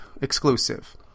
exclusive